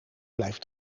blijft